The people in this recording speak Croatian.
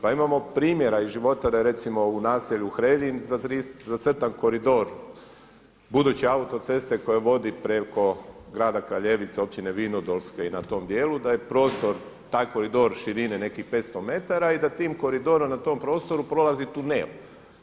Pa imamo primjera iz života da je recimo u naselju Hreljin zacrtan koridor buduće autoceste koja vodi preko grada Kraljevice općine Vinodolske i na tom dijelu, da je prostor taj koridor širine nekih 500 m i da tim koridorom na tom prostoru prolazi tunel.